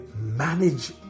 manage